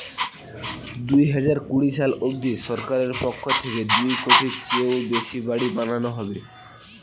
দুহাজার কুড়ি সাল অবধি সরকারের পক্ষ থেকে দুই কোটির চেয়েও বেশি বাড়ি বানানো হবে